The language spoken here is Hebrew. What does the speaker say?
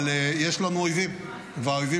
אבל יש לנו אויבים והאויבים